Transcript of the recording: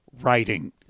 writing